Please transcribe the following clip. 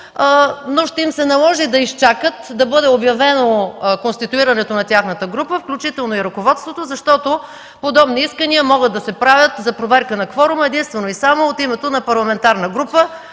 но ще им се наложи да изчакат да бъде обявено конституирането на тяхната група, включително и ръководството, защото подобни искания могат да се правят за проверка на кворума единствено и само от името на парламентарна група,